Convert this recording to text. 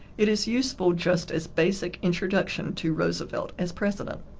it is useful just as basic introduction to roosevelt as president.